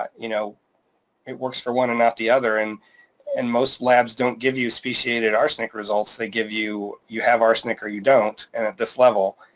you know it works for one and not the other and and most labs don't give you speciated arsenic results, they give you. you have arsenic or you don't, and at this level,